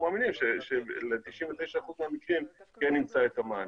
מאמינים של-99 אחוזים מהמקרים כן נמצא את המענה.